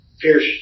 Pierce